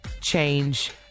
change